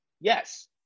yes